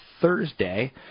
Thursday